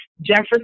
Jefferson